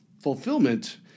fulfillment